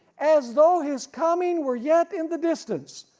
as though his coming were yet in the distance.